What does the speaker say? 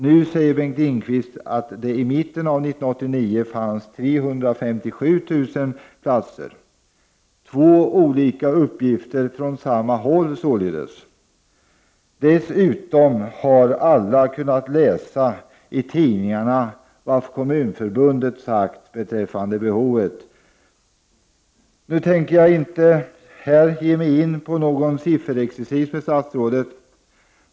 Nu säger Bengt Lindqvist att det i mitten av 1989 fanns 357 000 platser. Det har alltså kommit två olika uppgifter från samma håll. Dessutom har alla kunnat läsa i tidningarna vad Kommunförbundet har sagt om behovet. Nu tänker jag här inte ge mig in på någon sifferexercis med statsrådet.